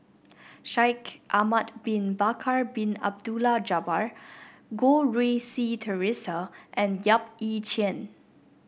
Shaikh Ahmad Bin Bakar Bin Abdullah Jabbar Goh Rui Si Theresa and Yap Ee Chian